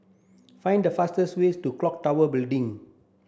find the fastest way to Clock Tower Building